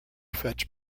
fetch